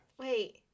Wait